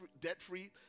debt-free